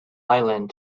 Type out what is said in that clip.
island